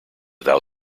thou